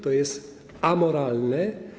To jest amoralne.